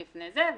לפני זה.